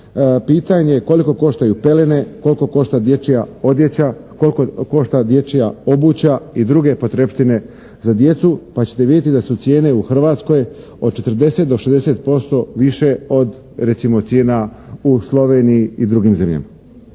pelene, koliko košta dječja odjeća, koliko košta dječja obuća i druge potrepštine za djecu pa ćete vidjeti da su cijene u Hrvatskoj od 40 do 60% više od recimo cijena u Sloveniji i drugim zemljama.